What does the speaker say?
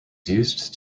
used